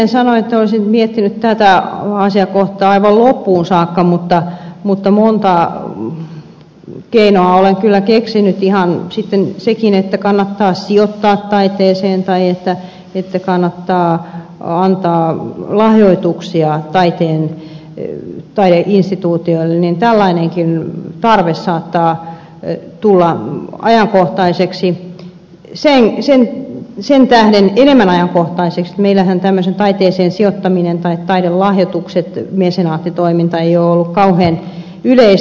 en sano että olisin miettinyt tätä asiakohtaa aivan loppuun saakka mutta monta keinoa olen kyllä keksinyt ihan senkin että kannattaa sijoittaa taiteeseen tai että kannattaa antaa lahjoituksia taideinstituutioille tällainenkin tarve saattaa tulla ajankohtaiseksi ja sen tähden enemmän ajankohtaiseksi että meillähän taiteeseen sijoittaminen tai taidelahjoitukset mesenaattitoiminta ei ole ollut kauhean yleistä